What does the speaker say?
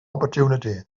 opportunity